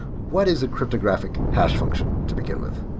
what is a cryptographic hash function to begin with?